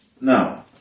No